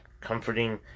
comforting